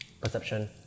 Perception